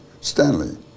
Stanley